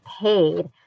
paid